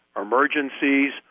emergencies